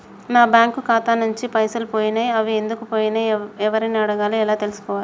నా బ్యాంకు ఖాతా నుంచి పైసలు పోయినయ్ అవి ఎందుకు పోయినయ్ ఎవరిని అడగాలి ఎలా తెలుసుకోవాలి?